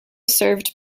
served